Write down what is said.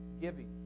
giving